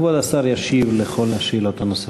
כבוד השר ישיב על כל השאלות הנוספות.